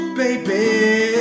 baby